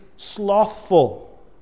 Slothful